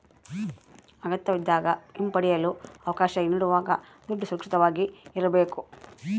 ಅಗತ್ಯವಿದ್ದಾಗ ಹಿಂಪಡೆಯಲು ಅವಕಾಶ ನೀಡುವಾಗ ದುಡ್ಡು ಸುರಕ್ಷಿತವಾಗಿ ಇರ್ಬೇಕು